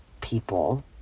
people